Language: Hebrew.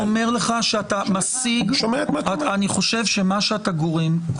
אני אומר לך שאני חושב שמה שאתה גורם,